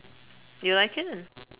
you like it